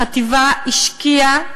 החטיבה השקיעה